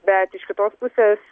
bet iš kitos pusės